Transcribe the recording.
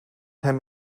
hem